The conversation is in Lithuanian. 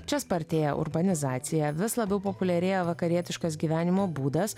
čia spartėja urbanizacija vis labiau populiarėja vakarietiškas gyvenimo būdas